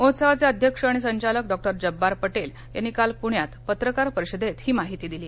महोत्सवाचे अध्यक्ष आणि संचालक डॉ जब्बार पटेल यांनी काल पुण्यात पत्रकार परिषदेत ही माहिती दिली